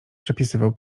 przepisywał